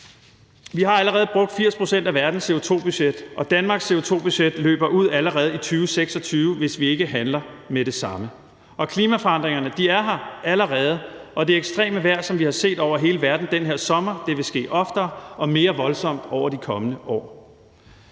Vi har allerede brugt 80 pct. af verdens CO2-budget, og Danmarks CO2-budget løber ud allerede i 2026, hvis vi ikke handler med det samme. Klimaforandringerne er her allerede, og det ekstreme vejr, som vi har set over hele verden den her sommer, vil forekomme oftere og mere voldsomt over de kommende år.